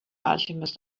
alchemist